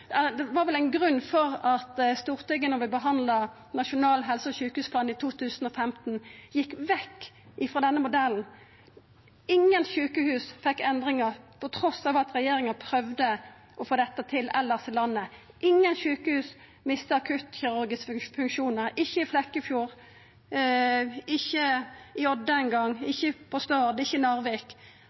Det var vel ein grunn til at Stortinget da vi behandla Nasjonal helse- og sjukehusplan i 2015, gjekk vekk frå denne modellen. Ingen sjukehus fekk endringar trass i at regjeringa prøvde å få dette til elles i landet. Ingen sjukehus mista akuttkirurgiske funksjonar, ikkje i Flekkefjord, ikkje i Odda eingong, ikkje på Stord, ikkje i Narvik.